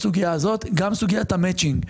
גם בסוגיית המצ'ינג,